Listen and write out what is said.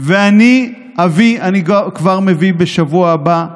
אני כבר מביא בשבוע הבא,